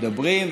מדברים,